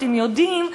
אתם יודעים,